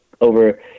over